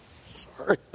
sorry